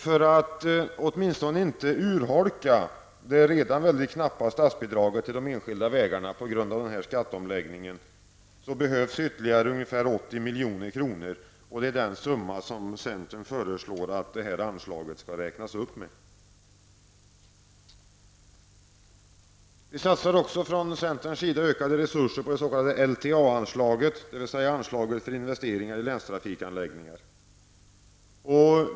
För att åtminstone inte urholka det redan knappa statsbidraget till de enskilda vägarna på grund av skatteomläggningen behövs ytterligare ungefär 80 milj.kr., och centern föreslår att anslaget räknas upp med detta belopp. Centern satsar också ökade resurser på det s.k. LTA-anslaget, dvs. anslaget för investeringar i länstrafikanläggningar.